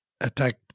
attacked